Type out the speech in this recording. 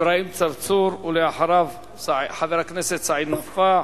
אברהים צרצור, סעיד נפאע,